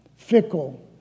Fickle